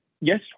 yes